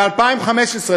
ב-2015,